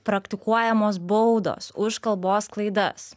praktikuojamos baudos už kalbos klaidas